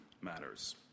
matters